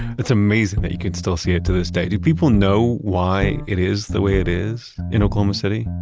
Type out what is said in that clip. it's amazing that you can still see it to this day. do people know why it is the way it is in oklahoma city?